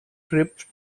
drifts